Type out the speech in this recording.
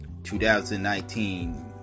2019